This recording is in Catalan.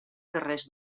carrers